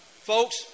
Folks